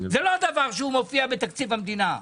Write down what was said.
זה לא דבר שמופיע בתקציב המדינה,